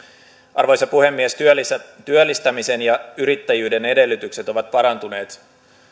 arvoisa puhemies työllistämisen ja yrittäjyyden edellytykset ovat parantuneet